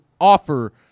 offer